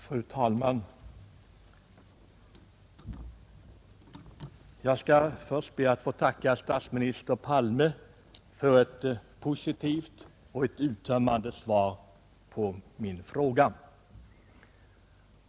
Fru talman! Först ber jag att få tacka statsminister Palme för ett positivt och uttömmande svar på min fråga.